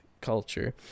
culture